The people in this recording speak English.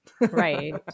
right